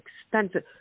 expensive